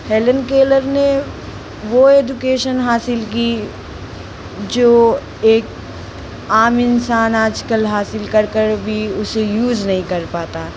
Helen Keller ने वो education हासिल की जो एक आम इंसान आजकल हासिल कर कर भी उसे यूज़ नहीं कर पाता